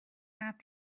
have